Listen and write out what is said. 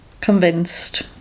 convinced